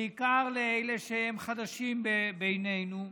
בעיקר לאלה שהם חדשים בינינו,